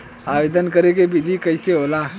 आवेदन करे के विधि कइसे होला?